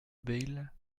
bayle